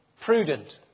prudent